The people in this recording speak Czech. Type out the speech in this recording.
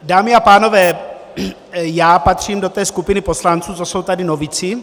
Dámy a pánové, já patřím do té skupiny poslanců, co jsou tady novici.